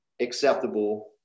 acceptable